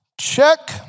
Check